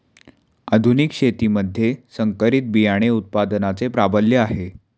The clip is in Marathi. आधुनिक शेतीमध्ये संकरित बियाणे उत्पादनाचे प्राबल्य आहे